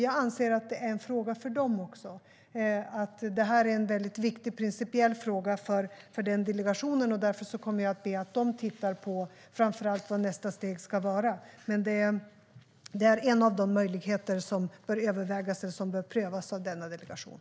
Jag anser att det är en viktig och principiell fråga för den delegationen. Därför kommer jag att be dem att framför allt titta på vad nästa steg ska vara. Det är en av de möjligheter som bör prövas av denna delegation.